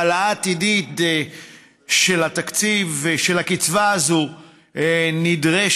העלאה עתידית של התקציב של הקצבה הזאת נדרשת,